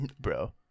Bro